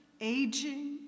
aging